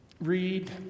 read